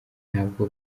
ntabwo